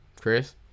Chris